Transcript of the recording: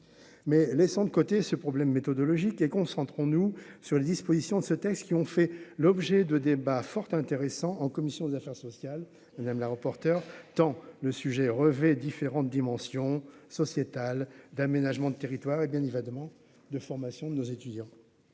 mais laissons de côté ce problème méthodologique et concentrons-nous sur les dispositions de ce texte, qui ont fait l'objet de débat fort intéressant en commission des affaires sociales, la reporter, tant le sujet rêvé différente dimension sociétale d'aménagement du territoire, et bien il va vaguement de formation de nos étudiants,